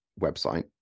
website